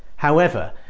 however,